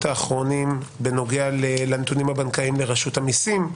האחרונים בנוגע לנתונים הבנקאיים ברשות המיסים.